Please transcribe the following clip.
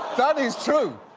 that is true.